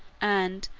and,